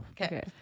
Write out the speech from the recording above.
Okay